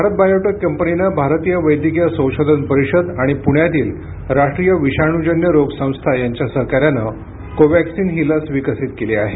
Bharat Biotech कंपनीनं भारतीय वैद्यकीय संशोधन परिषद आणि पुण्यातील राष्ट्रीय विषाणूजन्य रोग संस्था यांच्या सहकार्यानं कोवॅक्सिन ही लस विकसित केली आहे